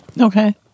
Okay